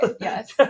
yes